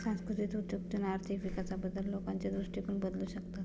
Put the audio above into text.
सांस्कृतिक उद्योजक आर्थिक विकासाबद्दल लोकांचे दृष्टिकोन बदलू शकतात